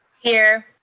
here.